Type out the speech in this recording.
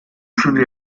studi